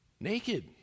naked